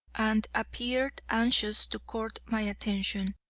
and appeared anxious to court my attention.